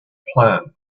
plan